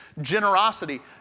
generosity